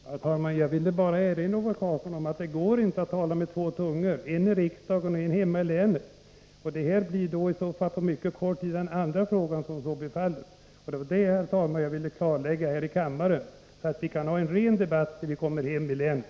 Herr talman! Jag ville bara erinra Ove Karlsson om att det inte går att tala med två tungor — en i riksdagen och en hemma ilänet. Det här blir i så fall den andra frågan på mycket kort tid där sådant förekommer. Det var alltså det, herr talman, som jag ville klarlägga här i kammaren, så att vi kan ha en ren debatt tills vi kommer hem i länet.